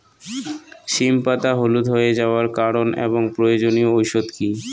সিম পাতা হলুদ হয়ে যাওয়ার কারণ এবং প্রয়োজনীয় ওষুধ কি?